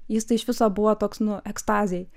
jis tai iš viso buvo toks nu ekstazėj